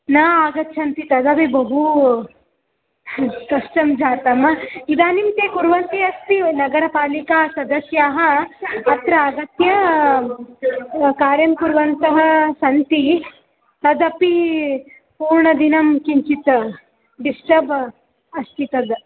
न आगच्छन्ति तदपि बहु कष्टं जातम् इदानीं ते कुर्वन्ति अस्ति नगरपालिकासदस्याः अत्र आगत्य कार्यं कुर्वन्तः सन्ति तदपि पूर्णदिनं किञ्चित् डिस्टर्ब् अस्ति तद्